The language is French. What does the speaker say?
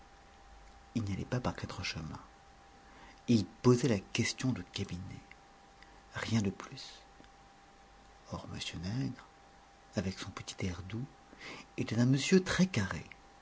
il n'y allait pas par quatre chemins il posait la question de cabinet rien de plus or m nègre avec son petit air doux était un monsieur très carré